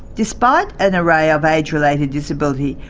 despite an array of age-related disability,